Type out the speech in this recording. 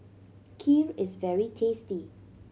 kheer is very tasty